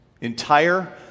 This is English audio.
Entire